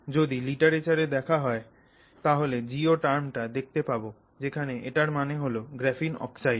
যদি লিটারেচার দেখা হয় তাহলে GO টার্ম টা দেখতে পাবো যেখানে এটার মানে হল গ্রাফিন অক্সাইড